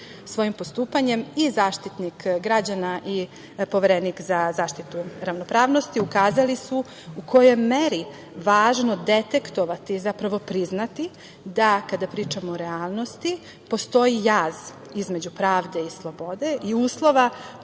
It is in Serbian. postupanjem i Zaštitnik građana i Poverenik za zaštitu ravnopravnosti ukazali su u kojoj meri je važno detektovati, zapravo priznati da kada pričamo o realnosti posto jaz između pravde i slobode i uslova